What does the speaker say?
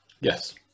yes